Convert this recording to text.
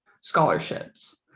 scholarships